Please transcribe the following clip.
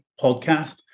podcast